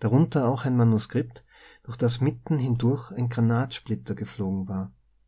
darunter auch ein manuskript durch das mitten hindurch ein granatsplitter geflogen war